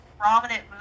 prominent